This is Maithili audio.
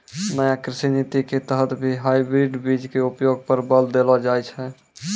नया कृषि नीति के तहत भी हाइब्रिड बीज के उपयोग पर बल देलो जाय छै